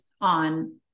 on